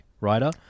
writer